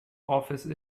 office